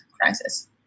crisis